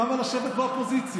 למה לשבת באופוזיציה?